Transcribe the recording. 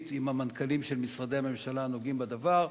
עם המנכ"לים של משרדי הממשלה הנוגעים בדבר.